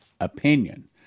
opinion